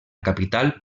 capital